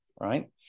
right